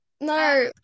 No